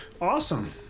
Awesome